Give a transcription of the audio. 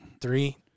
Three